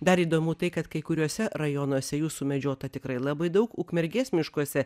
dar įdomu tai kad kai kuriuose rajonuose jų sumedžiota tikrai labai daug ukmergės miškuose